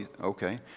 okay